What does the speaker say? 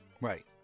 Right